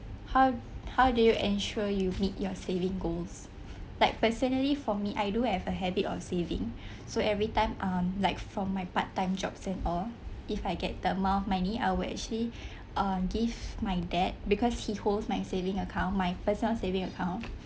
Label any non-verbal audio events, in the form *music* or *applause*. how how do you ensure you meet your saving goals like personally for me I do have a habit of saving *breath* so every time um like from my part time jobs and all if I get the amount of money I will actually uh give my dad because he holds my saving account my personal saving account